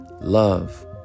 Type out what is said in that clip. love